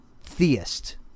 theist